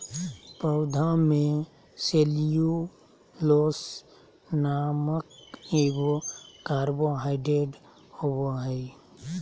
पौधा में सेल्यूलोस नामक एगो कार्बोहाइड्रेट होबो हइ